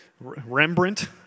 Rembrandt